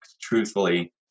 truthfully